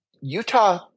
Utah